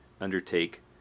undertake